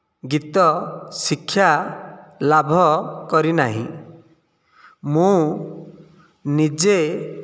ଗୀତ ଶିକ୍ଷା ଲାଭ କରିନାହିଁ ମୁଁ ନିଜେ